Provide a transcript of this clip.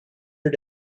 her